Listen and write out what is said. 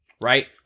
Right